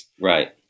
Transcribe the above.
Right